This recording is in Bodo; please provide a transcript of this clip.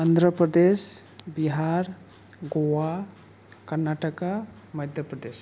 अन्ध्र प्रदेश बिहार गवा कर्णातका मध्य प्रदेश